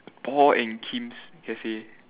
Paul and Kim's cafe